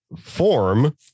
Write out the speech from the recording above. form